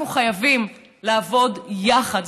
אנחנו חייבים לעבוד יחד,